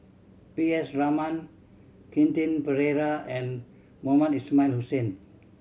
P S Raman Quentin Pereira and Mohamed Ismail Hussain